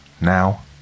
Now